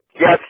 Yes